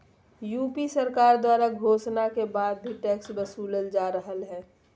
UP सरकार द्वारा घोषणा के बाद भी टैक्स वसूलल जा रहलय